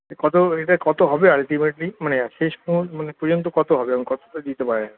এটা কত এটা কত হবে আলটিমেটলি মানে শেষ পর্যন্ত কত হবে মানে কততে দিতে পারবেন